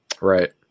Right